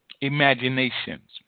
imaginations